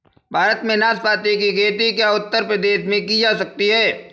भारत में नाशपाती की खेती क्या उत्तर प्रदेश में की जा सकती है?